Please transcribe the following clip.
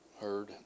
heard